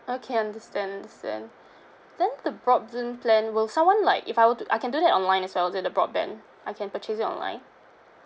okay understand understand then the broadband plan will someone like if I were to I can do that online as well is it the broadband I can purchase it online